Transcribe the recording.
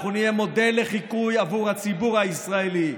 אנחנו נהיה מודל לחיקוי עבור הציבור הישראלי,